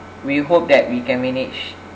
we hope that we can manage